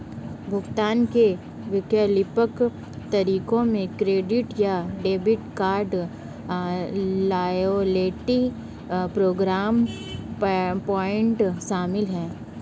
भुगतान के वैकल्पिक तरीकों में क्रेडिट या debit card, loyalty programme point शामिल है